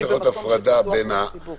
אבל אני חושב שצריך לעשות הפרדה בין מה